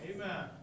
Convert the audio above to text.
Amen